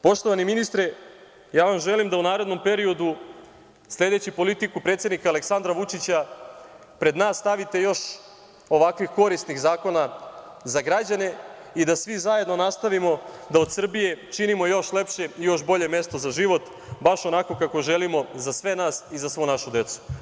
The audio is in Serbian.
Poštovani ministre, ja vam želim da u narednom periodu sledeći politiku predsednika Aleksandra Vučića pred nas stavite još ovakvih korisnih zakona za građane i da svi zajedno nastavimo da od Srbije činimo još lepše i još bolje mesto za život baš onako kako želimo za sve nas i za svu našu decu.